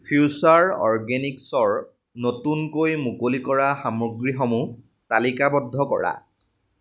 future অৰ্গেনিক্ছৰ নতুনকৈ মুকলি কৰা সামগ্ৰীসমূহ তালিকাবদ্ধ কৰা